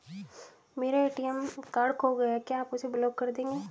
मेरा ATM card खो गया है क्या आप उसे ब्लॉक कर देंगे?